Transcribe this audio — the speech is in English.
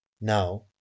now